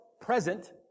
present